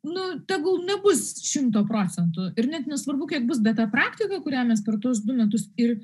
nu tegul nebus šimto procentų ir net nesvarbu kiek bus bet ta praktika kurią mes per tuos du metus ir